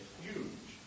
huge